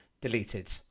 deleted